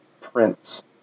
prints